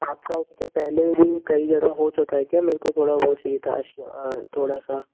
आपका इससे पहले भी कई जगह हो चुका है क्या मेरे को थोड़ा वह चाहिए था अश् थोड़ा सा